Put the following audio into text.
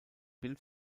bild